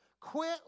Quit